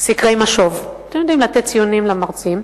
לסקרי משוב, אתם יודעים, לתת ציונים למרצים.